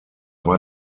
war